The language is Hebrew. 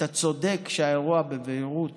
אתה צודק שהאירוע בביירות